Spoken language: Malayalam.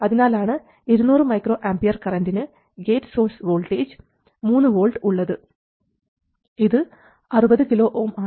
അതിനാലാണ് 200 µA കറൻറിനു ഗേറ്റ് സോഴ്സ് വോൾട്ടേജ് 3V ഉള്ളത് ഇത് 60 kΩ ആണ്